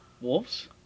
Wolves